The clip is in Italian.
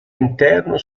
interno